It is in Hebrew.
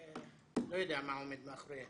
לא יודע מה עומד מאחורי